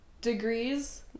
degrees